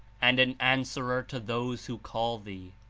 and an answerer to those who call thee.